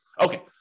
Okay